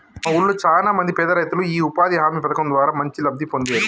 మా వూళ్ళో చానా మంది పేదరైతులు యీ ఉపాధి హామీ పథకం ద్వారా మంచి లబ్ధి పొందేరు